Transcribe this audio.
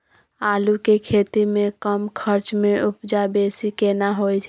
आलू के खेती में कम खर्च में उपजा बेसी केना होय है?